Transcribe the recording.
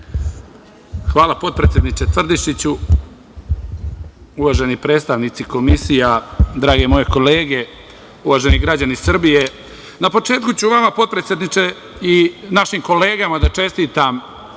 Hvala. Uvaženi predstavnici komisija, drage moje kolege, uvaženi građani Srbije, na početku ću vama, potpredsedniče, i našim kolegama da čestitam